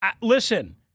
listen